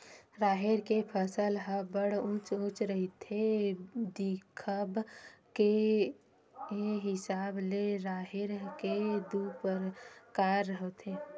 राहेर के फसल ह बड़ उँच उँच रहिथे, दिखब के हिसाब ले राहेर के दू परकार होथे